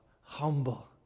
humble